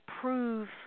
prove